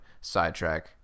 sidetrack